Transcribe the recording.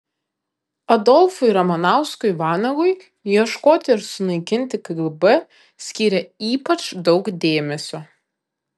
adolfui ramanauskui vanagui ieškoti ir sunaikinti kgb skyrė ypač daug dėmesio